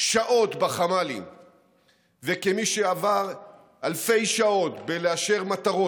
שעות בחמ"לים וכמי שעבר אלפי שעות בלאשר מטרות,